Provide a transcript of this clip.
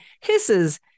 hisses